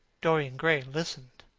dorian gray listened,